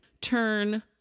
turn